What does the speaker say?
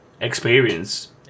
experience